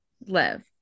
live